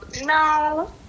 no